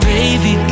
Baby